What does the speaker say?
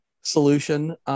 solution